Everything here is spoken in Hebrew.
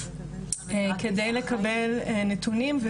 כדי לקבל נתונים .